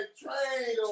train